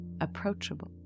approachable